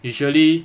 usually